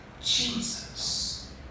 Jesus